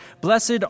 Blessed